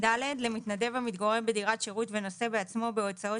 למתנדב המתגורר בדירת שירות ונושא בעצמו בהוצאות